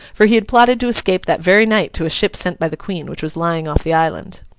for he had plotted to escape that very night to a ship sent by the queen, which was lying off the island.